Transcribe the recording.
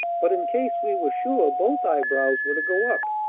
but in case we were sure both eyebrows were to go up.